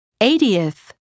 Eightieth